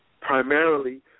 primarily